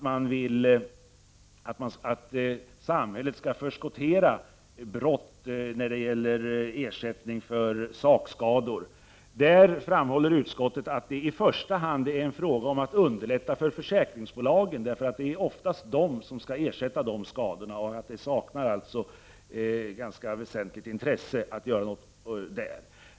Man vill att samhället skall förskottera ersättning för sakskador vid brott. På den punkten framhåller utskottet att det i första hand är en fråga om att underlätta för försäkringsbolagen, eftersom det oftast är dessa som skall ersätta skadorna. Det saknar alltså intresse att göra något.